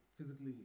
physically